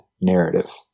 narrative